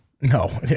No